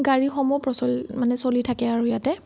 গাড়ীসমূহ প্ৰচল মানে চলি থাকে আৰু ইয়াতে